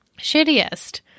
Shittiest